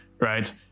right